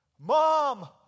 Mom